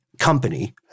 Company